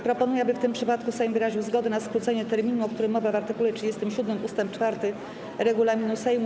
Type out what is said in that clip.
Proponuję, aby w tym przypadku Sejm wyraził zgodę na skrócenie terminu, o którym mowa w art. 37 ust. 4 regulaminu Sejmu.